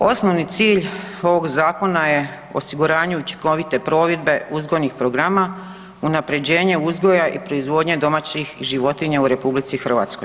Osnovni cilj ovog zakona je osiguranje učinkovite provedbe uzgojnih programa, unaprjeđenje uzgoja i proizvodnje domaćih životinja u RH.